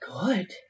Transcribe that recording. good